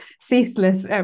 ceaseless